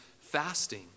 fasting